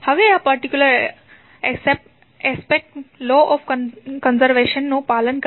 હવે આ particular aspect law of conservation નું પાલન કરશે